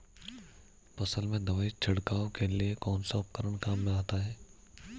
फसल में दवाई छिड़काव के लिए कौनसा उपकरण काम में आता है?